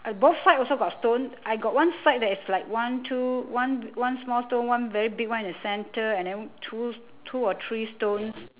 uh both sides also got stone I got one side that is like one two one one small stone one very big one in the center and then two two or three stones